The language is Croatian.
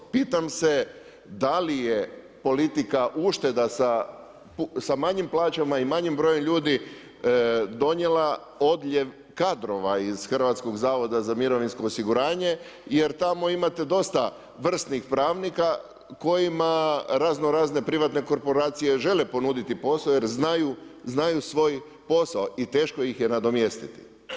Pitam se da li je politika ušteda sa manjim plaćama i manjim brojem ljudi donijela odljev kadrova iz Hrvatskog zavoda za mirovinskog osiguranje, jer tamo imate dosta vrsnih pravnika kojima razno razne privatne korporacije žele ponuditi posao jer znaju svoj posao i teško ih je nadomjestiti.